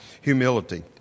humility